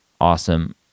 Awesome